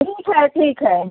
ठीक है ठीक है